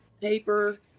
paper